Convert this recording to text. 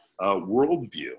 worldview